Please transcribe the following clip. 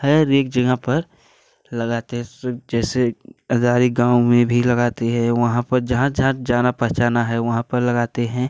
हर एक जगह पर लगाते हैं जैसे अदारी गाँव में भी लगाते हैं वहाँ पर जहाँ जहाँ जाना पहचाना है वहाँ पर लगाते हैं